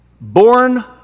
born